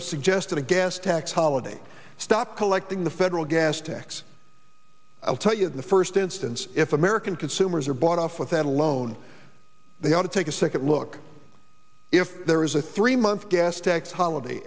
have suggested a gas tax holiday stop collecting the federal gas tax i'll tell you in the first instance if american consumers are bought off with that alone they ought to take a second look if there is a three month gas tax holiday